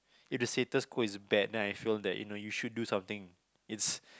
if the status go is bad then I feel that you know you should do something is